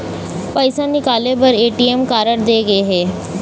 पइसा निकाले बर ए.टी.एम कारड दे गे हे